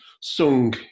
sung